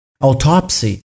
Autopsy